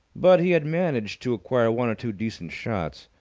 but he had managed to acquire one or two decent shots.